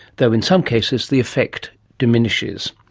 though in some cases the effect diminishes.